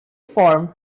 formed